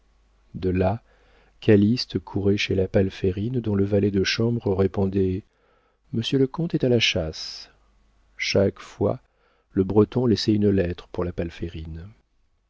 de là calyste courait chez la palférine dont le valet de chambre répondait monsieur le comte est à la chasse chaque fois le breton laissait une lettre pour la palférine